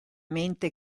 mente